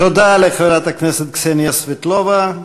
תודה לחברת הכנסת קסניה סבטלובה.